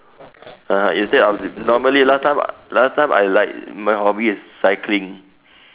(uh huh) instead of normally last time last time I like my hobby is cycling